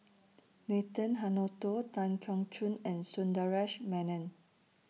Nathan Hartono Tan Keong Choon and Sundaresh Menon